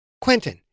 Quentin